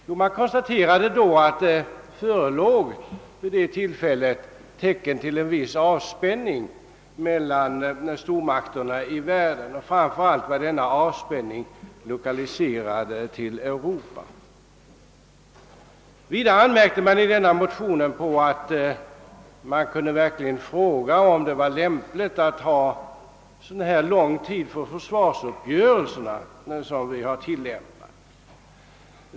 Jo, vi konstaterade att det förelåg tecken till en viss avspänning mellan världens stormakter vid det tillfället och att denna avspänning framför allt var lokaliserad till Europa. Vi anmärkte också att man verkligen kunde fråga sig om det var lämpligt att låta försvarsuppgörelserna gälla så lång tid som hade tillämpats.